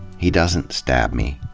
he doesn't stab me.